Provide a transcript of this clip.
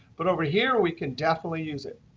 but over here, we can definitely use it.